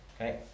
Okay